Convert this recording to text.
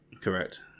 Correct